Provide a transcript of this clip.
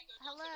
Hello